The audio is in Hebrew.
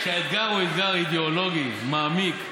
כשהאתגר הוא אתגר אידיאולוגי מעמיק,